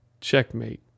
Checkmate